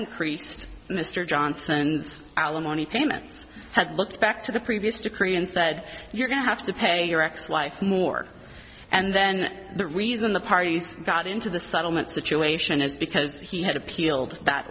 increased mr johnson's alimony payments had looked back to the previous to korea and said you're going to have to pay your ex wife more and then the reason the parties got into the settlement situation is because he had appealed that